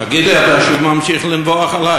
תגיד לי, אתה שוב ממשיך לנבוח עלי?